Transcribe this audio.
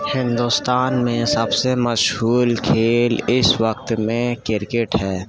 ہندوستان میں سب سے مشہور کھیل اِس وقت میں کرکٹ ہے